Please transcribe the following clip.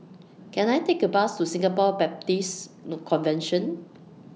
Can I Take A Bus to Singapore Baptist Convention